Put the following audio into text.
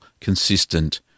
consistent